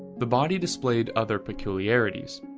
the body displayed other peculiarities.